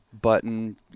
button